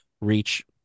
reach